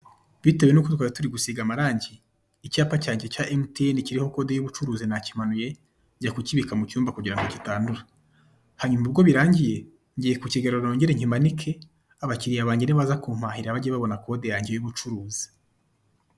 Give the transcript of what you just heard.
Bitewe nuko twari turi gusiga amarange icyapa cyange cya MTN kiriho kode y'ubucuruzi nakimanuye njya kukibika mu cyumba kugira ngo kitandura hanyuma ubwo birangiye, ngiye kukegera nyimanike abakiriya nibaza kumpahira bajye babona kode yange y'ubucuruzi.